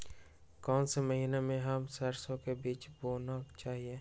कौन से महीने में हम सरसो का बीज बोना चाहिए?